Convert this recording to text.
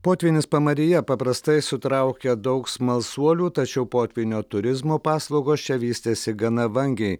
potvynis pamaryje paprastai sutraukia daug smalsuolių tačiau potvynio turizmo paslaugos čia vystėsi gana vangiai